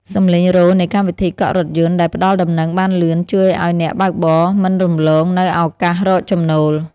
សម្លេងរោទ៍នៃកម្មវិធីកក់រថយន្តដែលផ្ដល់ដំណឹងបានលឿនជួយឱ្យអ្នកបើកបរមិនរំលងនូវឱកាសរកចំណូល។